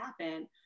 happen